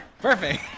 Perfect